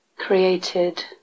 created